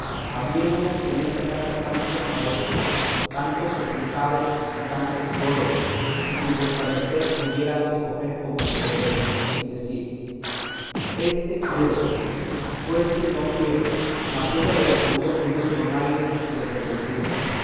habiendo en esta casa tantos maestros tantos presentados y tantos teólogos en quien vuestra merced pudiera escoger como entre peras y decir éste quiero aquéste no quiero mas ella le respondió con mucho donaire y